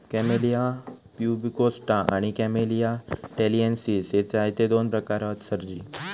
camellia pubicosta आणि Camellia taliensis हे चायचे दोन प्रकार हत सरजी